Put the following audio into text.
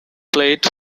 played